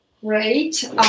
Great